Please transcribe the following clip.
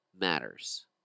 matters